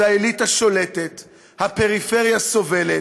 אז האליטה שולטת, הפריפריה סובלת,